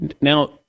Now